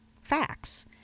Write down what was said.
facts